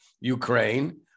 Ukraine